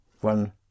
One